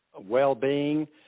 well-being